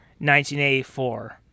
1984